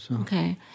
Okay